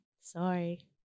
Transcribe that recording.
Sorry